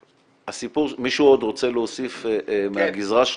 מישהו עוד רוצה להוסיף מהגזרה שלך?